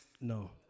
no